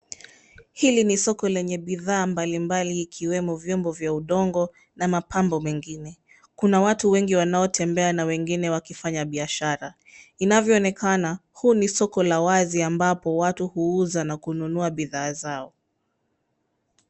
Hili ni soko lenye bidhaa mbalimbali ikiwemo vyombo vya udongo na mapambo mengine. Kuna watu wengi wanaotembea na wengine wakifanya biashara. Inavyoonekana, huu ni soko la wazi ambapo watu huuza na kununua bidhaa zao.